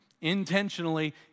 intentionally